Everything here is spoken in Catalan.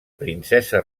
princesa